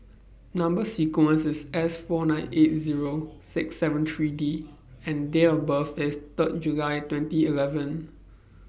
Number sequence IS S four nine eight Zero six seven three D and Date of birth IS Third July twenty eleven